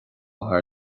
thar